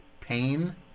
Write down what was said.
Pain